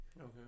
Okay